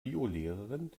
biolehrerin